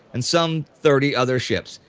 and some thirty other ships.